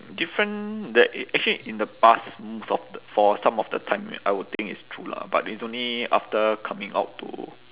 different the actually in the past most of th~ for some of the time I would think it's true lah but it's only after coming out to